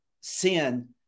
sin